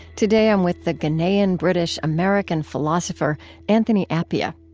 today i'm with the ghanaian-british-american philosopher anthony appiah.